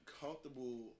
comfortable